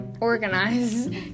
organize